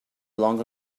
belong